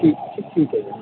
ਠੀਕ ਠੀਕ ਹੈ ਜੀ